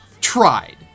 tried